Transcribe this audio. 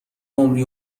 عمری